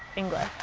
english.